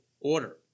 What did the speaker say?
order